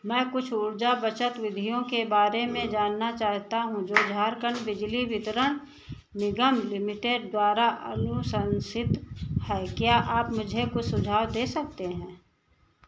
मैं कुछ ऊर्जा बचत विधियों के बारे में जानना चाहता हूँ जो झारखण्ड बिजली वितरण निगम लिमिटेड द्वारा अनुशंसित हैं क्या आप मुझे कुछ सुझाव दे सकते हैं